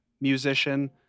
musician